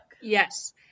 Yes